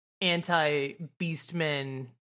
anti-beastmen